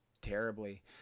terribly